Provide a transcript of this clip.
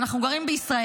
אנחנו גרים בישראל,